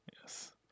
Yes